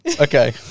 Okay